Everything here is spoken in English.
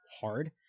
hard